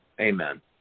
Amen